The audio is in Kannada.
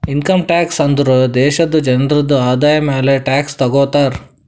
ಇನ್ಕಮ್ ಟ್ಯಾಕ್ಸ್ ಅಂದುರ್ ದೇಶಾದು ಜನ್ರುದು ಆದಾಯ ಮ್ಯಾಲ ಟ್ಯಾಕ್ಸ್ ತಗೊತಾರ್